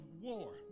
war